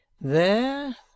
There